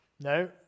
No